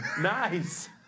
Nice